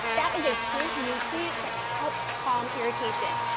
that is a plant nutrient that helps calm irritation.